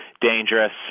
dangerous